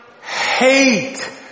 hate